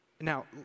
Now